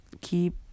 Keep